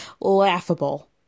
laughable